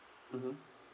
mmhmm